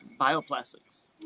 bioplastics